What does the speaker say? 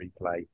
replay